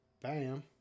Bam